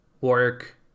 work